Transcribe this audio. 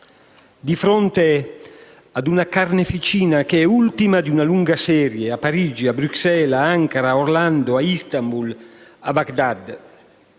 di fronte a una carneficina che è ultima di una lunga serie (a Parigi, a Bruxelles, ad Ankara, a Orlando, a Istanbul, a Bagdad);